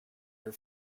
her